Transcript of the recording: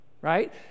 right